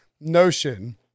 notion